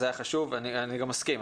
זה היה חשוב ואני גם מסכים,